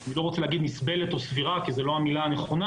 אני לא רוצה להגיד נסבלת או סבירה כי זו לא המילה הנכונה,